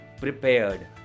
prepared